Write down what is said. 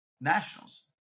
nationals